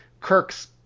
Kirk's